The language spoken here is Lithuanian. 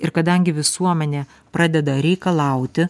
ir kadangi visuomenė pradeda reikalauti